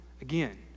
again